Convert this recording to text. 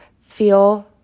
feel